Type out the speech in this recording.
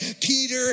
Peter